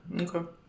Okay